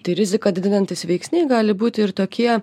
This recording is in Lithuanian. tai riziką didinantys veiksniai gali būti ir tokie